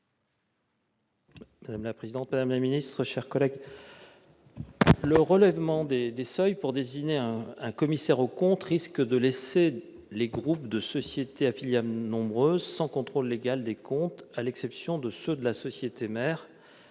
pour présenter l'amendement n° 481 rectifié. Le relèvement des seuils pour désigner un commissaire aux comptes risque de laisser les groupes de sociétés à filiales nombreuses sans contrôle légal des comptes, à l'exception de ceux de la société mère.